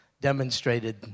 demonstrated